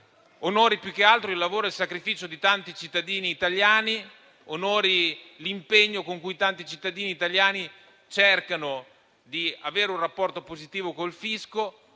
onora più che altro il lavoro e il sacrificio di tanti cittadini italiani, l'impegno con cui tanti cittadini italiani cercano di avere un rapporto positivo col fisco,